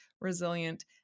resilient